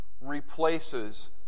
replaces